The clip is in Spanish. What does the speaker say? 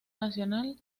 nacional